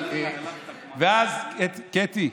קטי,